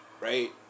right